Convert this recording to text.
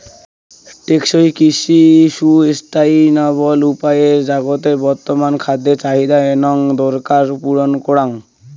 টেকসই কৃষি সুস্টাইনাবল উপায়ে জাগাতের বর্তমান খাদ্য চাহিদা এনং দরকার পূরণ করাং